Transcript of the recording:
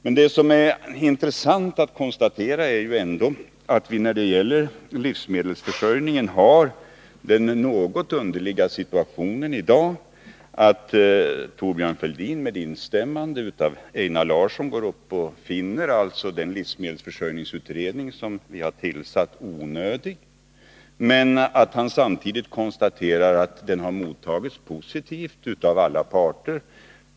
Men det som är intressant att konstatera är att vi i dag när det gäller livsmedelsförsörjningen har den något underliga situationen att Thorbjörn Fälldin med instämmande av Einar Larsson finner den livsmedelsförsörjningsutredning som vi tillsatt onödig. Samtidigt konstaterar han att den mottagits positivt av alla parter.